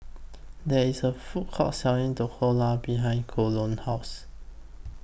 There IS A Food Court Selling Dhokla behind Colon's House